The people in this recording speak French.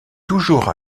toujours